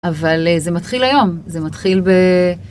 אבל זה מתחיל היום, זה מתחיל ב...